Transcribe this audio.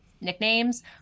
nicknames